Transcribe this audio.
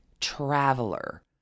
Traveler